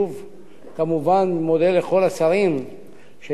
אני מזמין את חבר הכנסת עמיר פרץ,